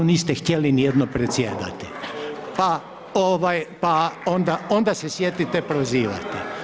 Niste htjeli ni jednom predsjedati, pa onda se sjetite prozivati.